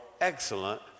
excellent